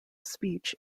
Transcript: speech